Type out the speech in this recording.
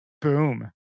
Boom